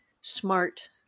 smart